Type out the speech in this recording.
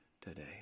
today